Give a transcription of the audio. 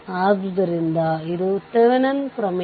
ಆದ್ದರಿಂದ ಇಲ್ಲಿ 3 ಲೂಪ್ ಗಳಿವೆ ಮತ್ತು